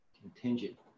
contingent